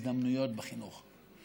אז בוא נראה את משרד החינוך בא ואומר: